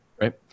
Right